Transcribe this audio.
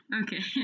Okay